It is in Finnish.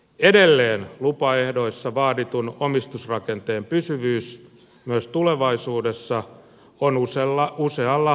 edelleen lupaehdoissa vaaditun omistusrakenteen pysyvyys myös tulevaisuudessa on usealla lukolla varmistettu